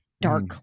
dark